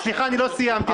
סליחה, אני לא סיימתי.